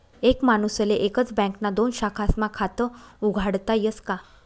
एक माणूसले एकच बँकना दोन शाखास्मा खातं उघाडता यस का?